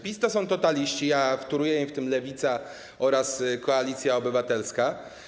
PiS to są totaliści, a wtórują im w tym Lewica oraz Koalicja Obywatelska.